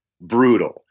brutal